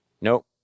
Nope